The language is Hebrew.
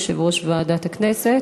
יושב-ראש ועדת הכנסת,